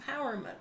empowerment